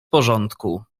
porządku